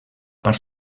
part